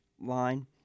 line